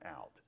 out